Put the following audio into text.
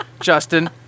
Justin